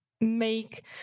make